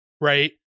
right